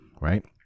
right